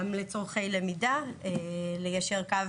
גם לצרכי למידה; ליישר קו